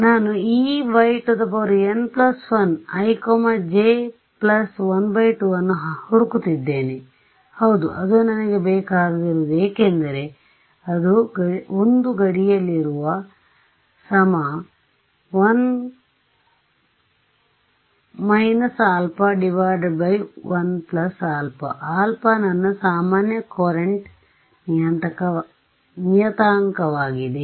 ನಾನು E yn1 ij1 2 ಅನ್ನು ಹುಡುಕುತ್ತಿದ್ದೇನೆ ಹೌದು ಅದು ನನಗೆ ಬೇಕಾಗಿರುವುದು ಏಕೆಂದರೆ ಅದು 1 ಗಡಿಯಲ್ಲಿರುವ 1 α 1 α α ನನ್ನ ಸಾಮಾನ್ಯ ಕೊರಂಟ್ ನಿಯತಾಂಕವಾಗಿದೆ